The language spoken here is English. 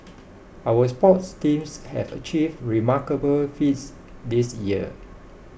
our sports teams have achieved remarkable feats this year